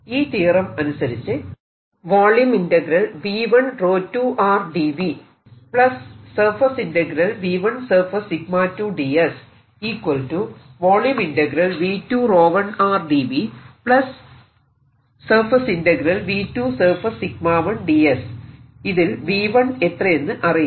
ഈ തിയറം അനുസരിച്ച് ഇതിൽ V1 എത്രയെന്നു അറിയില്ല